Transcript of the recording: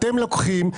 אתם לוקחים,